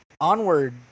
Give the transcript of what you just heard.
Onward